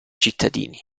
cittadini